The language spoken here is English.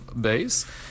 base